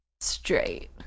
straight